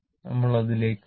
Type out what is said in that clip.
നമ്മൾ അതിലേക്ക് വരും